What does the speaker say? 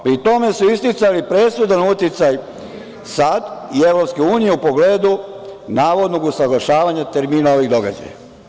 Pri tome su isticali presudan uticaj SAD i EU u pogledu navodnog usaglašavanja termina ovih događaja.